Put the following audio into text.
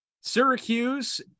Syracuse